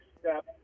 step